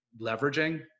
leveraging